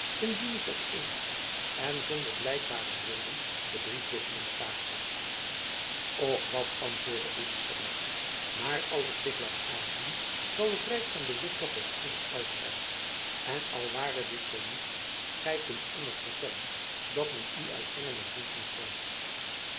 indien ik op eens en zonder blijkbare reden de briefwisseling staakte och wat antwoordde elizabeth naar alles zich laat aanzien zal het rijk van de witt toch wel spoedig uit zijn en al ware dit zoo niet gy kunt immers vertellen dat men u uit engeland niet meer schrijft